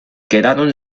quedaron